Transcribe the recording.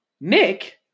Nick